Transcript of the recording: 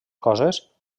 coses